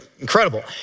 incredible